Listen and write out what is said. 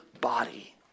body